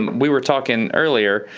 um we were talking earlier,